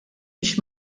biex